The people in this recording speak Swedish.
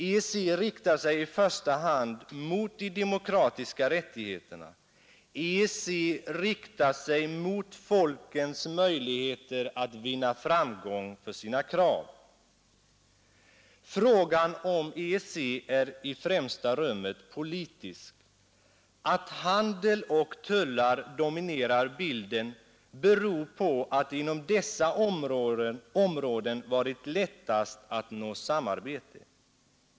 EEC riktar sig i första hand mot de demokratiska rättigheterna. EEC riktar sig mot folkens möjligheter att vinna framgång för sina krav. Frågan om EEC är i främsta rummet politisk. Att handel och tullar dominerar bilden beror på att det inom dessa områden varit lättast att nå samarbete.